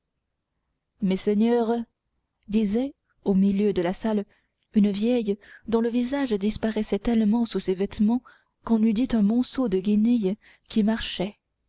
messeigneurs disait au milieu de la salle une vieille dont le visage disparaissait tellement sous ses vêtements qu'on eût dit un monceau de guenilles qui marchait